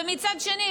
ומצד שני,